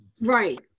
Right